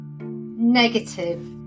negative